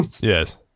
yes